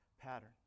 pattern